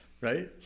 Right